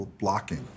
blocking